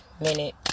minute